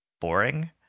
boring